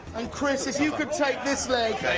and, chris, if you could take this leg,